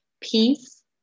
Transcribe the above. Peace